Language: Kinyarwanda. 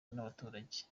n’abaturage